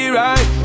right